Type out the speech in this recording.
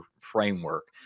framework